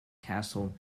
castle